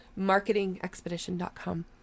marketingexpedition.com